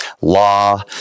law